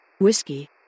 Whiskey